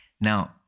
Now